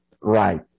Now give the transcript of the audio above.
right